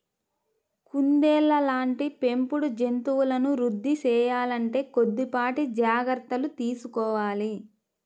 కుందేళ్ళ లాంటి పెంపుడు జంతువులను వృద్ధి సేయాలంటే కొద్దిపాటి జాగర్తలు తీసుకోవాలి